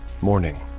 Morning